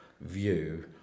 view